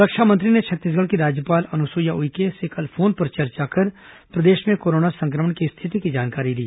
रक्षा मंत्री ने छत्तीसगढ़ की राज्यपाल अनुसुईया उइके से कल फोन पर चर्चा कर प्रदेश में कोरोना संक्रमण की स्थिति की जानकारी ली